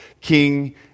king